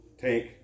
tank